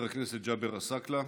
חבר הכנסת ג'אבר עסאקלה,